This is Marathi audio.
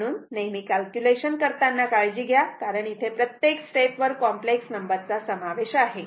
म्हणून नेहमी कॅल्क्युलेशन करताना काळजी घ्या कारण इथे प्रत्येक स्टेप वर कॉम्प्लेक्स नंबर चा समावेश आहे